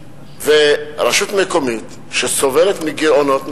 ורשות מקומית שסובלת מגירעונות,